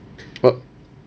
but